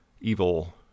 evil